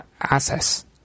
access